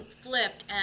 flipped